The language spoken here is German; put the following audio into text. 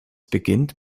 beginnt